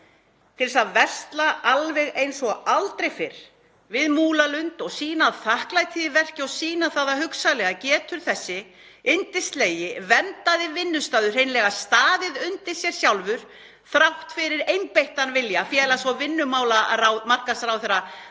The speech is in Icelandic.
til að versla alveg eins og aldrei fyrr við Múlalund og sýna þakklæti í verki og sýna það að hugsanlega getur þessi yndislegi verndaði vinnustaður hreinlega staðið undir sér sjálfur þrátt fyrir einbeittan vilja félags- og vinnumarkaðsráðherra